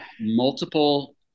multiple